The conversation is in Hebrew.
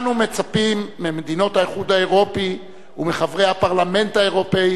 אנו מצפים ממדינות האיחוד האירופי ומחברי הפרלמנט האירופי